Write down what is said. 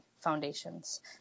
Foundations